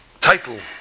title